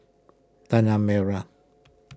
Tanah Merah